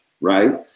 right